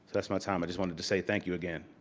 that's my time, i just wanted to say thank you again.